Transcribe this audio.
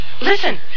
Listen